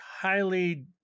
highly